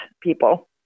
people